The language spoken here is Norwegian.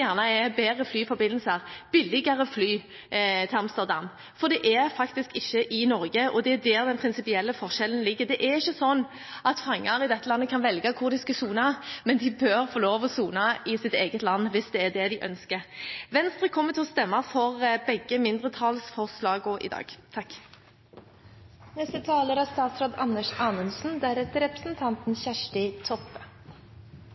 gjerne er bedre flyforbindelser og billigere fly til Amsterdam. For det er faktisk ikke i Norge, og det er der den prinsipielle forskjellen ligger. Det er ikke sånn at fanger i dette landet kan velge hvor de skal sone, men de bør få lov til å sone i sitt eget land hvis det er det de ønsker. Venstre kommer til å stemme for begge mindretallsforslagene i dag.